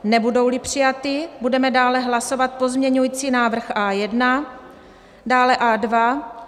Nebudouli přijaty, budeme dále hlasovat pozměňovací návrh A1, dále A2.